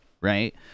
right